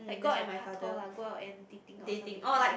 like go out and paktor lah go out and dating or something like that